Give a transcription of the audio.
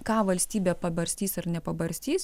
ką valstybė pabarstys ar nepabarstys